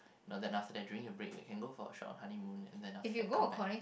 no then after that during your break we can go for a short honeymoon and then after that come back